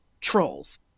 Trolls